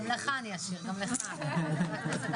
גם לך אני אשאיר, חה"כ אשר.